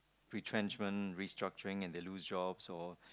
retrenchment restructuring and they lose jobs or